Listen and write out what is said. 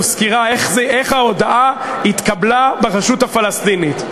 סקירה איך ההודעה התקבלה ברשות הפלסטינית.